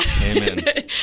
Amen